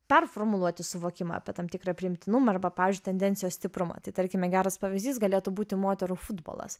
performuluoti suvokimą apie tam tikrą priimtinumą arba pavyzdžiui tendencijos stiprumą tai tarkime geras pavyzdys galėtų būti moterų futbolas